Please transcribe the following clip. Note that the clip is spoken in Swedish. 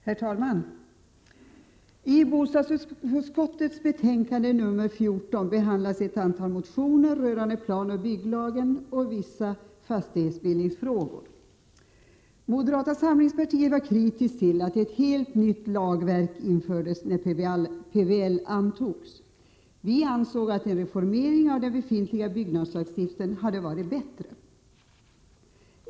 Herr talman! I bostadsutskottets betänkande nr 14 behandlas ett antal motioner rörande planoch bygglagen samt vissa fastighetsbildningsfrågor. Moderata samlingspartiet var kritiskt till att ett helt nytt lagverk infördes när PBL antogs. Vi ansåg att en reformering av den befintliga byggnadslagstiftningen hade varit bättre.